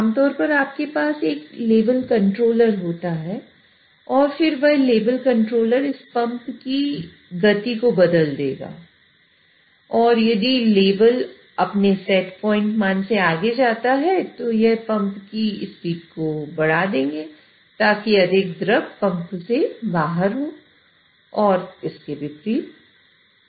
आमतौर पर आपके पास एक लेवल कंट्रोलर इस पंप की गति को बदल देगा और यदि लेवल अपने सेट प्वाइंट मान से आगे जाता है तो आप पंप की स्पीड बढ़ा देंगे ताकि अधिक द्रव पंप से बाहर हो और इसके विपरीत